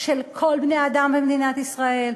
של כל בני-האדם במדינת ישראל,